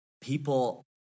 people